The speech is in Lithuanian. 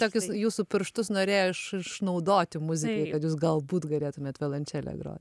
tokius jūsų pirštus norėjo iš išnaudoti muzikai kad jūs galbūt galėtumėt violončele grot